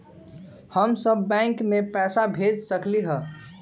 हम सब बैंक में पैसा भेज सकली ह?